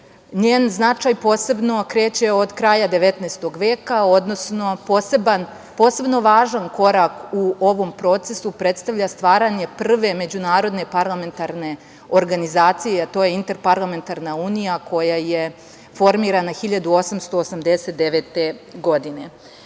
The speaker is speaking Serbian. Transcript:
njen značaj posebno kreće od kraja 19. veka, odnosno posebno važan korak u ovom procesu predstavlja stvaranje prve međunarodne parlamentarne organizacije, jer to je Interparlamentarna unija koja je formirana 1889. godine. Srbija